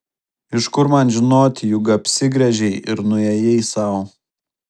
iš kur man žinoti juk apsigręžei ir nuėjai sau